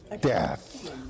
death